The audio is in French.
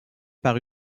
par